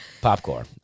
popcorn